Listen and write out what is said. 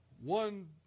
one